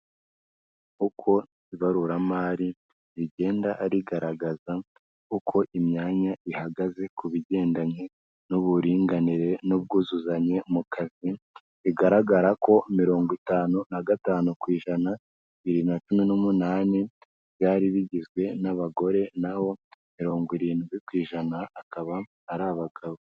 Uko ibaruramari rigenda rigaragaza uko imyanya ihagaze ku bigendanye n'uburinganire n'ubwuzuzanye mu kazi, bigaragara ko mirongo itanu na gatanu ku ijana bibiri na cumi n'umunani, byari bigizwe n'abagore na ho mirongo irindwi ku ijana akaba ari abagabo.